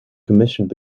commissioned